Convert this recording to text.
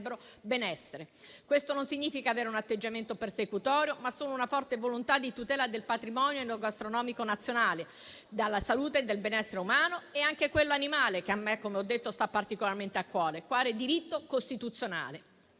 Questo non significa avere un atteggiamento persecutorio, ma solo una forte volontà di tutela del patrimonio enogastronomico nazionale, della salute e del benessere umano, ma anche di quello animale che, come ho detto, a me sta particolarmente a cuore, quale diritto costituzionale.